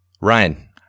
Ryan